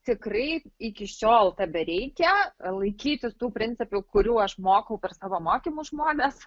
tikrai iki šiol tebereikia laikytis tų principų kurių aš mokau per savo mokymus žmones